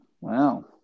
Wow